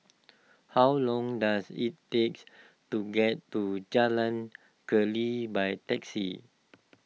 how long does it takes to get to Jalan Keli by taxi